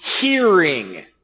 hearing